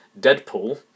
Deadpool